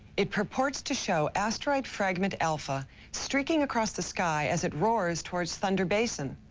it purports to show asteroid fragment alpha streaking across the sky as it roars towards thunder basin.